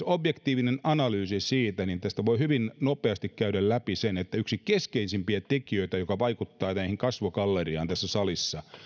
objektiivinen analyysi siitä niin tästä voi hyvin nopeasti käydä läpi sen että yksi keskeisimpiä tekijöitä jotka vaikuttavat tähän kasvogalleriaan tässä salissa